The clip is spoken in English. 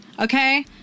Okay